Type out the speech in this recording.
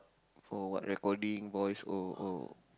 for what recording voice or or